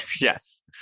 Yes